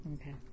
Okay